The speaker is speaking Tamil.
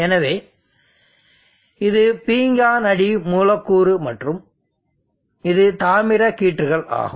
எனவே இது பீங்கான் அடி மூலக்கூறு மற்றும் இது தாமிர கீற்றுகள் ஆகும்